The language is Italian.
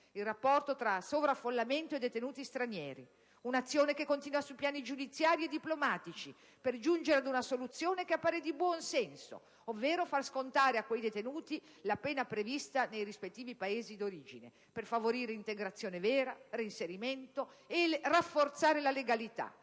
il rapporto tra sovraffollamento e detenuti stranieri. Un'azione che continua su piani giudiziari e diplomatici per giungere ad una soluzione che appare di buon senso, ovvero far scontare a quei detenuti la pena prevista nei rispettivi Paesi di origine, per favorire l'integrazione vera e il reinserimento e rafforzare la legalità.